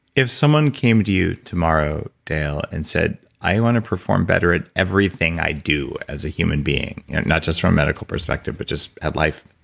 if someone came to your tomorrow dale, and said, i want to perform better at everything i do as a human being, and not just from a medical perspective, but just at life.